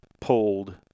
pulled